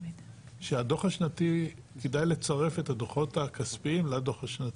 שהדו"ח השנתי כדאי לצרף את הדו"חות הכספיים לדו"ח השנתי.